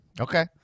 Okay